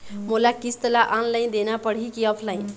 मोला किस्त ला ऑनलाइन देना पड़ही की ऑफलाइन?